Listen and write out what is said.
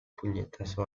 puñetazo